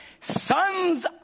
sons